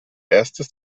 erstes